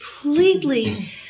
completely